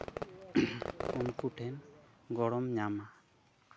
ᱩᱱᱠᱩ ᱴᱷᱮᱱ ᱜᱚᱲᱚᱢ ᱧᱟᱢᱟ